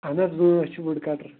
اَہَن حظ أسۍ چھِ وُڈ کٹر